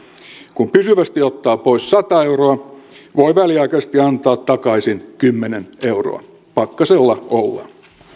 kun pysyvästi ottaa pois sata euroa voi väliaikaisesti antaa takaisin kymmenen euroa pakkasella ollaan